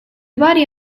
body